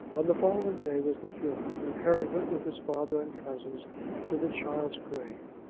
on the following day was the funeral and harry went with his father and cousins to the child's grave.